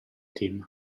team